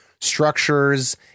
structures